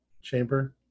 chamber